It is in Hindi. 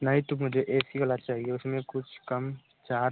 नहीं तो मुझे ए सी वाला चाहिए उसमें कुछ कम चार्ज